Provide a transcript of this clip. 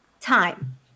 time